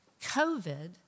COVID